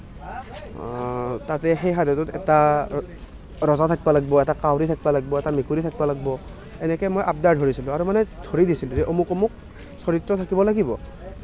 তাতে সেই সাধুটোত এটা ৰজা থকিব লাগিব এটা কাউৰী থাকিব লাগিব এটা মেকুৰী থাকিব লাগিব এনেকৈ মই আব্দাৰ ধৰিছিলোঁ আৰু মানে ধৰি দিছিলোঁ অমুক অমুক চৰিত্ৰ থাকিব লাগিব